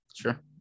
Sure